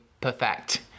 perfect